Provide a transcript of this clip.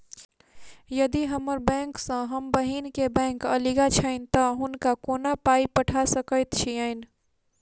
यदि हम्मर बैंक सँ हम बहिन केँ बैंक अगिला छैन तऽ हुनका कोना पाई पठा सकैत छीयैन?